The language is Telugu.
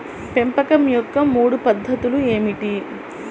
పెంపకం యొక్క మూడు పద్ధతులు ఏమిటీ?